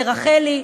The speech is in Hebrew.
רחלי,